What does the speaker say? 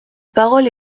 parole